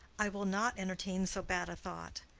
i will not entertain so bad a thought.